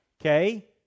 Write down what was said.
okay